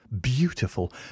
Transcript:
Beautiful